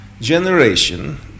generation